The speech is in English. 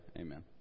amen